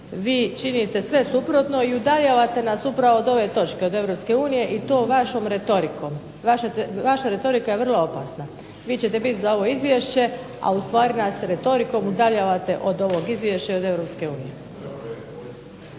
vi činite sve suprotno i udaljavate nas upravo od ove točke, od Europske unije i to vašom retorikom. Vaša retorika je vrlo opasna. Vi ćete biti za ovo izvješće, a ustvari nas retorikom udaljavate od ovog izvješća i od